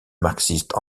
marxiste